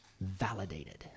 validated